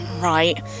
Right